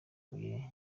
huye